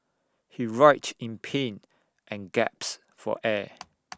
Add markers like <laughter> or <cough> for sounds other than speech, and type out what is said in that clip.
he writhed in pain and <unintelligible> for air <noise>